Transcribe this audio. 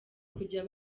kujya